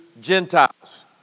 Gentiles